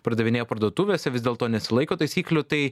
pardavinėja parduotuvėse vis dėlto nesilaiko taisyklių tai